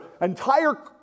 entire